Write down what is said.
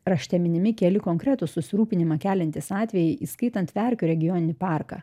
rašte minimi keli konkretūs susirūpinimą keliantys atvejai įskaitant verkių regioninį parką